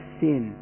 sin